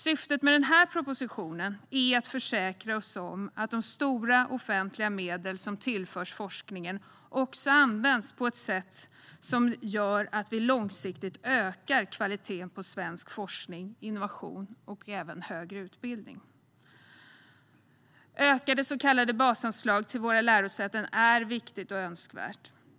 Syftet med den här propositionen är att försäkra oss om att de stora offentliga medel som tillförs forskningen också används på ett sätt som gör att vi långsiktigt ökar kvaliteten på svensk forskning, innovation och högre utbildning. Ökade så kallade basanslag till våra lärosäten är viktigt och önskvärt.